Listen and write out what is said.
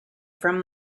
from